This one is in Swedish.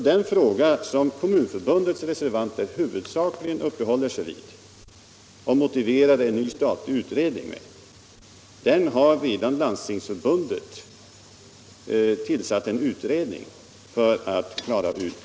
Den fråga som Kommunförbundets reservanter huvudsakligen uppehåller sig vid och motiverar en statlig utredning med har Landstingsförbundet alltså redan tillsatt en utredning för att klara ut.